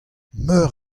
meur